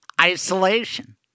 Isolation